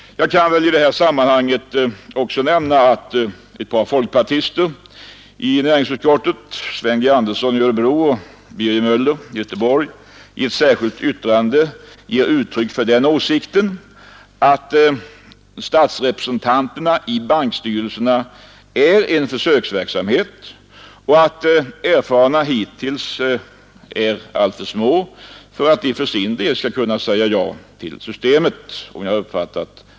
Jag vill i detta sammanhang också nämna, att folkpartisterna herrar Andersson i Örebro och Möller i Göteborg i ett särskilt yttande ger uttryck för den åsikten, att insättandet av statsrepresentanter i bankstyrelserna är en form av försöksverksamhet och att erfarenheterna hittills är alltför små för att de för sin del skall säga ja till systemet.